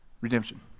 Redemption